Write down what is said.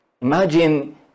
imagine